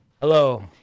Hello